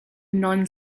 non